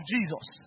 Jesus